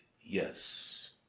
yes